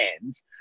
hands